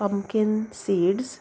pumpkin seeds